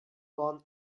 olan